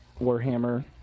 Warhammer